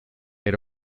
era